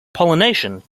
pollination